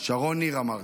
שרון ניר, אמרתי.